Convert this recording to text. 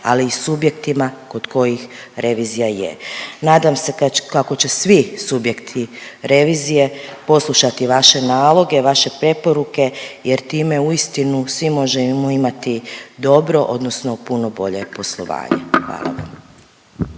ali i subjektima kod kojih revi8zija je. Nadam se kako će svi subjekti revizije poslušati vaše naloge, vaše preporuke jer time uistinu svi možemo imati dobro odnosno puno bolje poslovanje. Hvala vam.